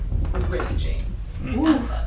raging